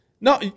No